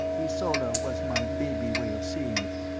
ysola was my baby way of saying it,